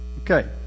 Okay